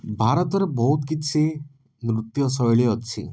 ଭାରତରେ ବହୁତ କିଛି ନୃତ୍ୟଶୈଳୀ ଅଛି